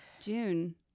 June